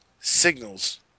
signals